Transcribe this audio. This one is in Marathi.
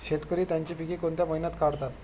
शेतकरी त्यांची पीके कोणत्या महिन्यात काढतात?